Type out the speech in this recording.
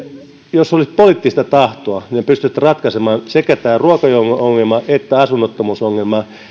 jos olisi poliittista tahtoa me pystyisimme ratkaisemaan sekä tämän ruokajono ongelman että asunnottomuusongelman